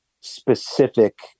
specific